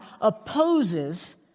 opposes